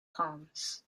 palms